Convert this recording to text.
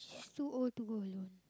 too old to go alone